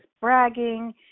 bragging